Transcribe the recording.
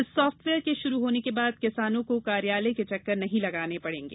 इस साफ्टवेयर के शुरू होने के बाद किसानों को कार्यालय के चक्कर नहीं लगाने पड़ेंगे